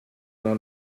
una